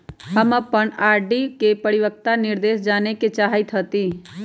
हम अपन आर.डी के परिपक्वता निर्देश जाने के चाहईत हती